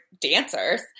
dancers